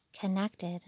connected